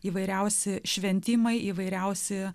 įvairiausi šventimai įvairiausi